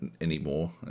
anymore